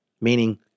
meaning